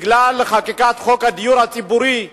בגלל חקיקת חוק הדיור הציבורי,